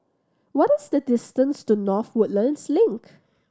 what is the distance to North Woodlands Link